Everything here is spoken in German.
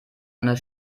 einer